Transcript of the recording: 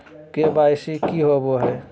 KYC की होबो है?